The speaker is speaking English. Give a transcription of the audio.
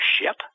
ship